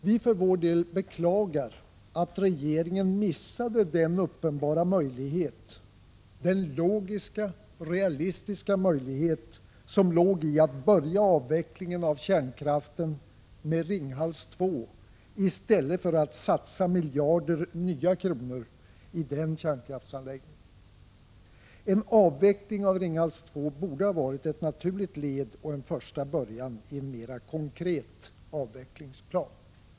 Vi beklagar att regeringen missade den uppenbara möjlighet, den logiska, realistiska möjlighet som låg i att börja avvecklingen av kärnkraften med Ringhals 2 i stället för att satsa miljarder nya kronor i den kärnkraftsanläggningen. En avveckling av Ringhals 2 borde ha varit ett naturligt led och en första början i en mera konkret avvecklingsplan.